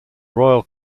royal